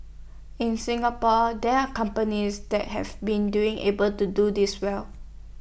in Singapore there are companies that have been doing able to do this well